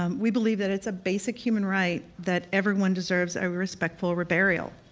um we believe that it's a basic human right that everyone deserves a respectful reburial.